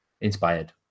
inspired